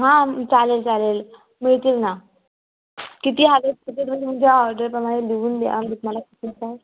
हां चालेल चालेल मिळतील ना किती हवी आहेत ती तुम्ही तुमच्या ऑर्डरप्रमाणे लिहून द्या आम्ही तुम्हाला